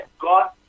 God